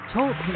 Talk